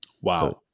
Wow